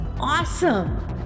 Awesome